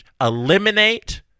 eliminate